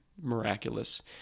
miraculous